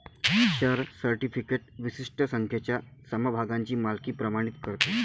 share certificate विशिष्ट संख्येच्या समभागांची मालकी प्रमाणित करते